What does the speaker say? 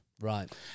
right